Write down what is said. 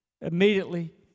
immediately